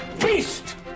beast